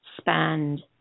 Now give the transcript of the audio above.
spend